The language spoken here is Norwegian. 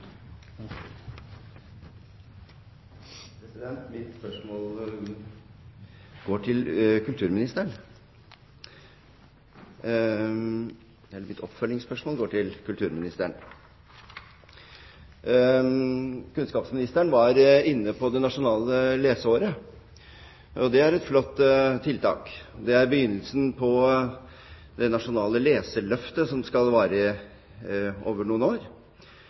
Thommessen. Mitt oppfølgingsspørsmål går til kulturministeren. Kunnskapsministeren var inne på Nasjonalt leseår. Det er et flott tiltak. Det er begynnelsen på det nasjonale leseløftet, som skal vare over noen år.